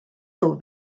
nhw